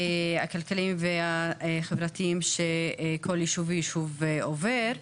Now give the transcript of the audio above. הכלכליים והחברתיים, שכל יישוב ויישוב עובר.